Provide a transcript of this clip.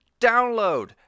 Download